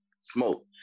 smoke